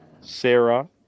Sarah